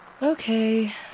Okay